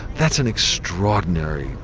that's an extraordinary,